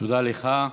תודה לך.